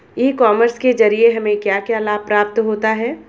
ई commerce के ज़रिए हमें क्या क्या लाभ प्राप्त होता है?